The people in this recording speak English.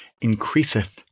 increaseth